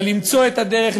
ולמצוא את הדרך,